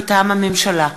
מטעם הממשלה: